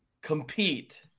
compete